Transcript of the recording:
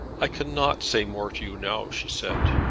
i cannot say more to you now, she said.